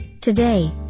Today